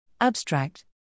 Abstract